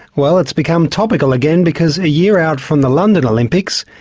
well it's become topical again because a year out from the london olympics,